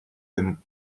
them